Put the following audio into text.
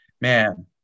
man